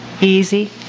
easy